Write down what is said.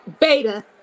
Beta